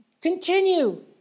continue